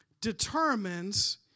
determines